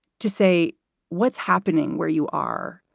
to say what's happening where you are.